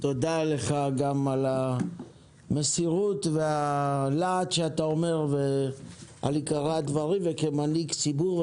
תודה לך גם על המסירות והלהט שאתה אומר ועל עיקרי הדברים וכמנהיג ציבור,